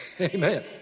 Amen